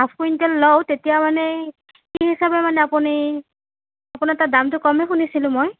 half quintal লওঁ তেতিয়া মানে কি হিচাপে মানে আপুনি আপোনাৰ তাত দামটো কমেই শুনিছিলো মই